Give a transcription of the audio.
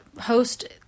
host